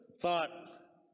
thought